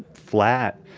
flat,